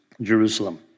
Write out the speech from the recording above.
Jerusalem